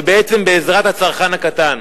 ובעצם בעזרת הצרכן הקטן.